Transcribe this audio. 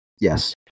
yes